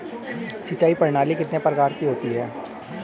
सिंचाई प्रणाली कितने प्रकार की होती हैं?